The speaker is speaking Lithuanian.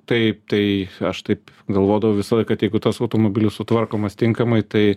taip tai aš taip galvodavau kad jeigu tas automobilis sutvarkomas tinkamai tai